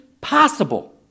possible